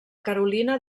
carolina